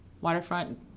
Waterfront